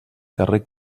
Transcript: carrer